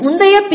முந்தைய பி